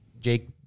Jake